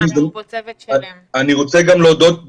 אני רוצה גם להודות,